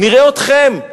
נראה אתכם,